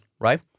Right